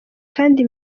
kandi